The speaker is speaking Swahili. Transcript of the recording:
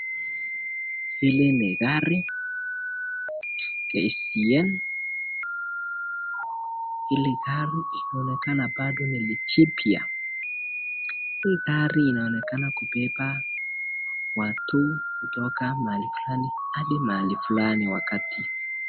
Hili ni gari KCN,hili gari linaonekana bado ni jipya. Hii gari inaonekana kubeba watu kutoka mahali fulani hadi mahali fulani wakati,,,